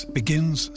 begins